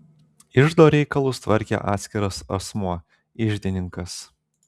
iždo reikalus tvarkė atskiras asmuo iždininkas